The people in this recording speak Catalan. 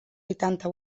huitanta